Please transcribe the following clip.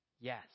Yes